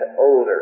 older